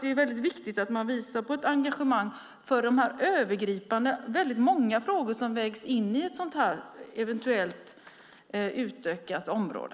Det är väldigt viktigt att man visar engagemang för de många och övergripande frågor som vägs in när det gäller ett eventuellt utökat område.